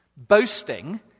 boasting